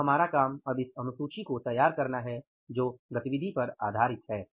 अब हमारा काम अब इस अनुसूची को तैयार करना है जो गतिविधि पर आधारित है